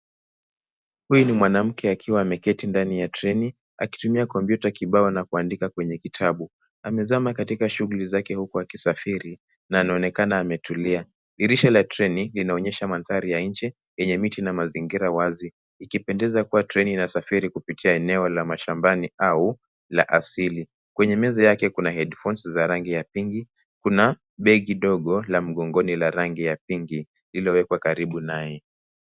Huyu ni mwanamke akiwa ameketi ndani ya treni, akitumia kompyuta kibao na kuandika kwenye kitabu. Amezama katika shughuli zake huku akisafiri na anaonekana ametulia. Dirisha la treni, linaonyesha manthari ya nje, yenye miti na mazingira wazi, ikipendeza kuwa treni inasafiri kupitia eneo la mashambani au la asili. Kwenye meza yake kuna headphones za rangi ya pinki, kuna begi dogo la mgongoni la rangi ya pinki, iliyowekwa karibu naye.